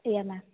yeah ma'am